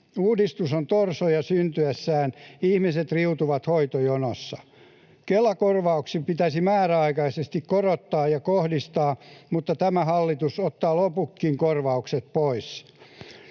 Uudistus on torso jo syntyessään. Ihmiset riutuvat hoitojonossa. Kela-korvauksia pitäisi määräaikaisesti korottaa ja kohdistaa, mutta tämä hallitus ottaa loputkin korvaukset pois.